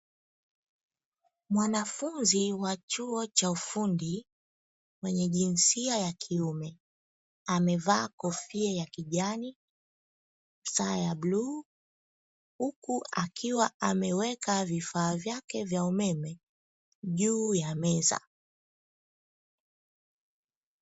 Mwanafunzi wa chuo cha ufundi mwenye jinsia ya kiume, amevaa kofia ya kijani saa ya bluu huku akiwa ameweka vifaa vyake vya umeme juu ya meza.